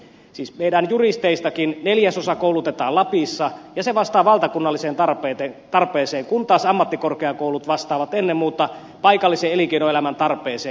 siis meidän juristeistakin neljäsosa koulutetaan lapissa ja se vastaa valtakunnalliseen tarpeeseen kun taas ammattikorkeakoulut vastaavat ennen muuta paikallisen elinkeinoelämän tarpeeseen